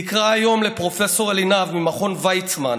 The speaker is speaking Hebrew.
תקרא היום לפרופ' אלינב ממכון ויצמן,